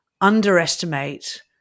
underestimate